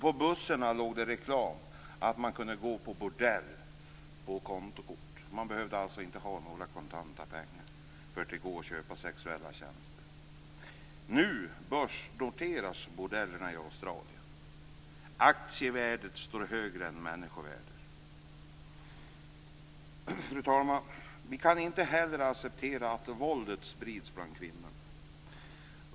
På bussarna låg det reklam för att man kunde gå på bordell och där betala med kontokort. Man behövde alltså inte ha några kontanter för att köpa sexuella tjänster. Nu börsnoteras bordellerna i Australien. Aktievärdet är högre än människovärdet. Fru talman! Vi kan inte heller acceptera att våldet mot kvinnorna sprids.